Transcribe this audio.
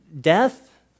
death